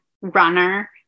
runner